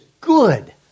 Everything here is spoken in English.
good